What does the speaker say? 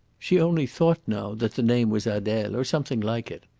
she only thought now that the name was adele, or something like it.